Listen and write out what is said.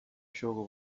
jogo